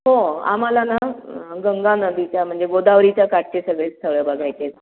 हो आम्हाला ना गंगा नदीच्या म्हणजे गोदावरीच्या काठचे सगळे स्थळं बघायचे आहेत